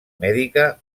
mèdica